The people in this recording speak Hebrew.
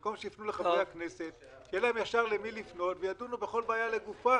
במקום שיפנו לחברי הכנסת יהיה להם ישר למי לפנות וידונו בכל בעיה לגופה,